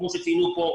לא חינוך,